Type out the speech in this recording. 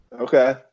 Okay